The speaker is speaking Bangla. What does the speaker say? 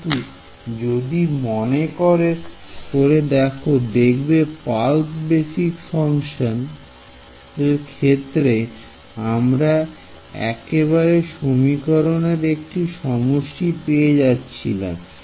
কিন্তু তুমি যদি মনে করে দেখো দেখবে পালস বেসিক ফাংশনের ক্ষেত্রে আমরা একেবারে সমীকরণের একটি সমষ্টি পেয়ে যাচ্ছিলাম